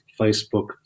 Facebook